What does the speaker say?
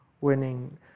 winning